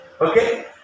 Okay